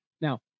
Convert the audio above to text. Now